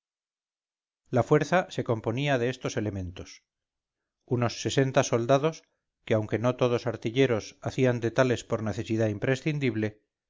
la fuerza se componía de estos elementos unos sesenta soldados que aunque no todos artilleros hacían de tales por necesidad imprescindible